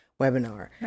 webinar